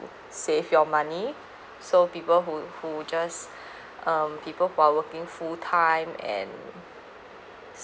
save your money so people who who just um people who are working full time and